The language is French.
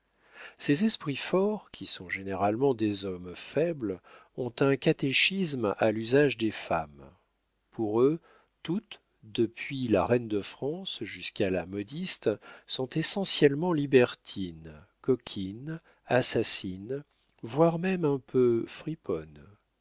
ces esprits forts qui sont généralement des hommes faibles ont un catéchisme à l'usage des femmes pour eux toutes depuis la reine de france jusqu'à la modiste sont essentiellement libertines coquines assassines voire même un peu friponnes